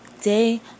day